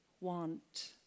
want